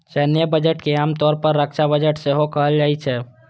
सैन्य बजट के आम तौर पर रक्षा बजट सेहो कहल जाइ छै